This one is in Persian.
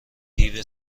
دیو